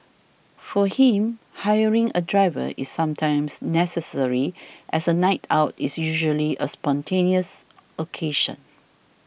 for him hiring a driver is sometimes necessary as a night out is usually a spontaneous occasion